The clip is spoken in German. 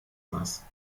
nass